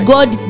God